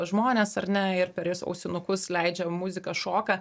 žmonės ar ne ir per ausinukus leidžia muziką šoka